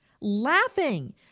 laughing